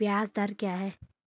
ब्याज दर क्या है?